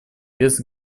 без